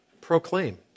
Proclaim